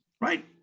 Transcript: right